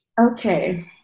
Okay